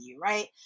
right